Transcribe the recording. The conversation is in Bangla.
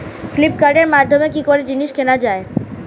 ফ্লিপকার্টের মাধ্যমে কি করে জিনিস কেনা যায়?